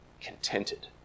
contented